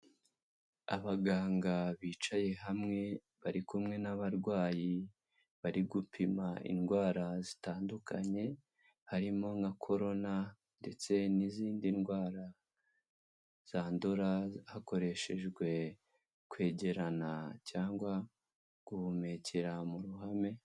Abaganga bicaye hamwe bari kumwe n'abarwayi bari gupima indwara zitandukanye, harimo nka korona ndetse n'izindi ndwara zandura hakoreshejwe kwegerana cyangwa guhumekera mu ruhame.